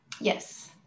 Yes